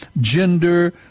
gender